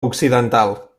occidental